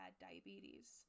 diabetes